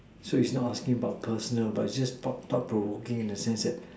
so is not asking about personal but is just of the world working in the sense that